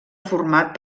format